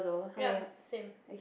yeap same